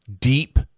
deep